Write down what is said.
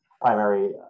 primary